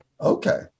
okay